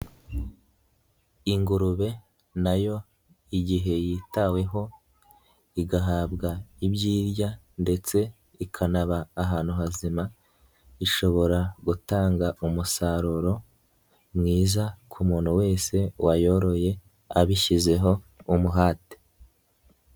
Ingurube na yo igihe yitaweho igahabwa ibyo irya ndetse ikanaba ahantu hazima ishobora gutanga umusaruro mwiza ku muntu wese wayoroye abishyizeho umuhate.